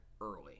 early